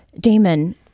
Damon